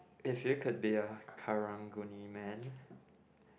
if you could be a Karang-Guni man